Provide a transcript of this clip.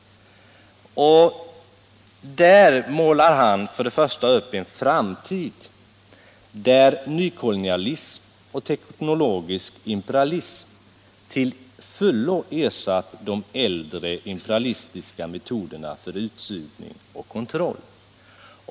Där målar han till att börja med upp en framtid där nykolonialism och teknologisk imperialism till fullo ersatt de äldre imperialistiska metoderna för utsugning och kontroll.